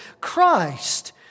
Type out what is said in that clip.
Christ